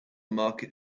market